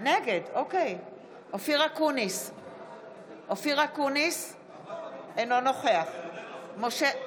נגד אופיר אקוניס, אינו נוכח למה אתה מבסוט?